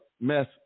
mess